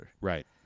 Right